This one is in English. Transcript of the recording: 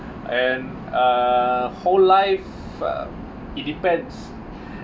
and uh whole life uh it depends